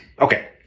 Okay